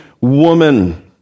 woman